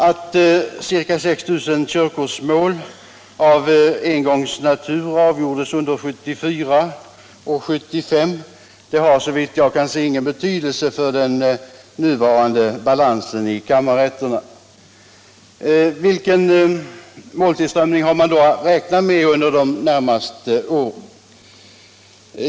Att ca 6 000 körkortsmål av engångsnatur avgjordes under 1974 och 1975 har såvitt jag kan se ingen betydelse för den nuvarande balansen i kammarrätterna. Vilken måltillströmning har man då att räkna med under de närmaste åren?